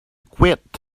quit